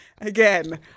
again